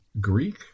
Greek